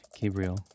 Gabriel